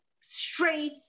straight